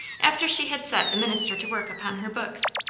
after she had set the minister to work upon her books.